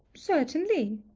certainly.